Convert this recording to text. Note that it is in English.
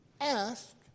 ask